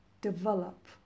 Develop